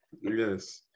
Yes